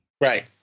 right